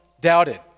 doubted